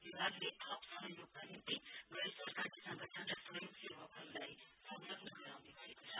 विभागले थप सहयोगका निम्ति गैरसरकारी संगठन र स्वयंसेवकहरूलाई संलग्न गराउने भएको छ